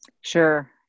Sure